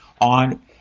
on